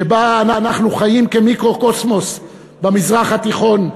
שבה אנחנו חיים כמיקרוקוסמוס במזרח התיכון,